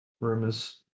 Rumors